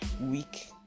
week